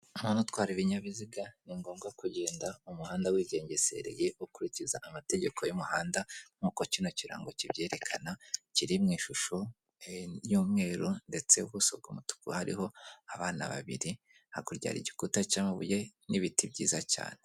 Umuntu utwara ibinyabiziga ni ngombwa kugenda mu muhanda wigengesereye ukurikiza amategeko y'umuhanda nkuko kino kirango kibyerekana kiri mu ishusho y'umweru ndetse ubuso bw'umutuku hariho abana babiri hakurya hari igikuta cy'amabuye n'ibiti byiza cyane.